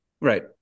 Right